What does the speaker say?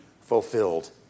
fulfilled